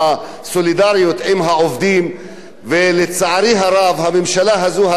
ולצערי הרב הממשלה הזו הרי לא תיטיב עם עובדים.